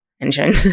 engine